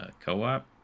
co-op